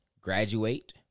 graduate